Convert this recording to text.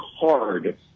hard